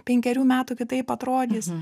penkerių metų kitaip atrodys